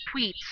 tweets